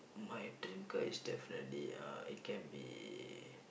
my dream car is definitely uh it can be